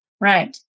right